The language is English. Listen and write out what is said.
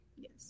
Yes